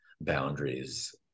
Boundaries